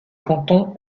canton